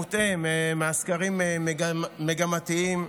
מהסקרים המגמתיים,